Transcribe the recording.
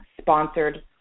sponsored